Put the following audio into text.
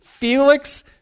Felix